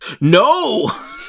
No